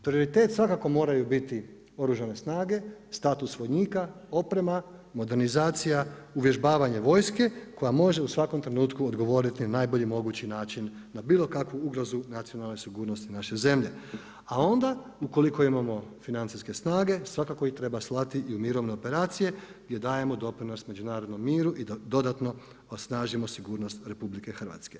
Prioritet svakako moraju biti Oružane snage, status vojnika, oprema, modernizacija, uvježbavanje vojske koja može u svakom trenutku odgovoriti na najbolji mogući način, na bilo kakvu ugrozu nacionalne sigurnosti naše zemlje, a onda ukoliko imamo financijske snage, svakako ih treba slati i u mirovne operacije gdje dajemo doprinos međunarodnom miru i dodatno osnažimo sigurnost RH.